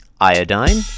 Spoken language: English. iodine